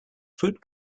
fruit